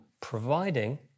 providing